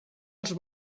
els